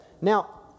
Now